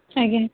ଆଜ୍ଞା